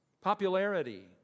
popularity